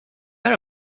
got